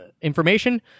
information